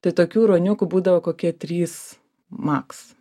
tai tokių ruoniukų būdavo kokie trys maks